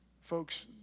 Folks